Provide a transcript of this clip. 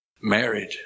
married